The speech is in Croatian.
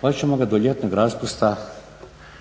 pa ćemo ga do ljetnog raspusta do